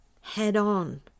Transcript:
head-on